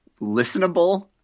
listenable